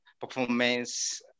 performance